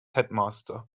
headmaster